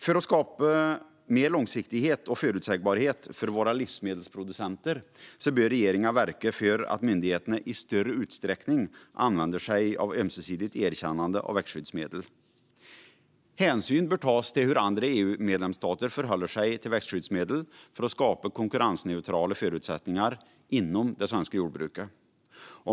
För att skapa mer långsiktighet och förutsägbarhet för våra livsmedelsproducenter bör regeringen verka för att myndigheterna i större utsträckning använder sig av ömsesidigt erkännande av växtskyddsmedel. Hänsyn bör tas till hur andra EU-medlemsstater förhåller sig till växtskyddsmedel, för att skapa konkurrensneutrala förutsättningar för det svenska jordbruket.